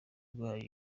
bwayo